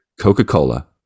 Coca-Cola